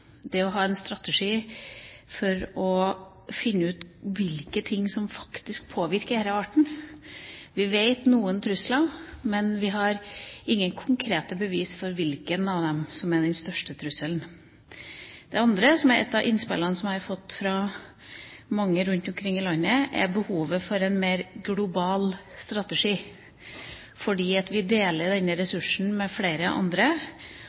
det å ha en strategi for å finne ut hvilke ting som faktisk påvirker denne arten. Vi vet om noen trusler, men vi har ingen konkrete bevis for hvilke som utgjør den største trusselen. Det andre, som er et av innspillene som jeg har fått fra mange rundt i landet, er behovet for en mer global strategi. Vi deler denne ressursen med flere andre,